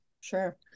Sure